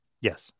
Yes